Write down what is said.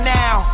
now